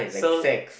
so